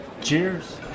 Cheers